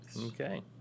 Okay